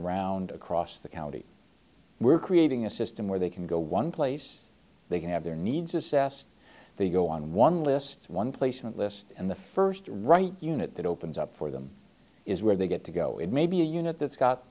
around across the county we're creating a system where they can go one place they can have their needs assessed they go on one lists one placement list and the first right unit that opens up for them is where they get to go in maybe a unit that